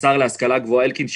השר להשכלה גבוהה אלקין,